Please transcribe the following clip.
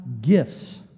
gifts